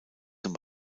zum